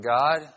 God